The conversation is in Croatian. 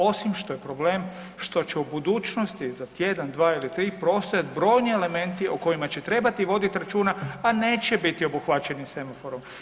Osim što je problem što će u budućnosti za tjedan, dva ili tri postojati brojni elementi o kojima će trebati voditi računa, a neće biti obuhvaćeni semaforom.